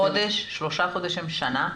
חודש, שלושה חודשים, שנה?